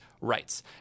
rights